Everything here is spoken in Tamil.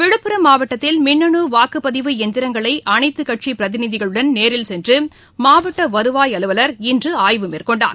விழுப்புரம் மாவட்டத்தில் மின்னனு வாக்குப்பதிவு இயந்திரங்களை அனைத்து கட்சி பிரதிநிதிகளுடன் நேரில் சென்னு மாவட்ட வருவாய் அலுவலர் இன்று ஆய்வு மேற்கொண்டனர்